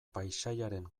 paisaiaren